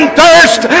thirst